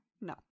No